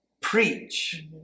Preach